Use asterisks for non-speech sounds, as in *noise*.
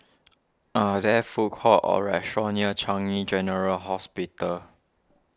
*noise* are there food courts or restaurants near Changi General Hospital